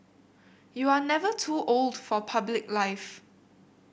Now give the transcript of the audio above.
you are never too old for public life